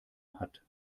hat